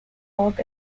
fog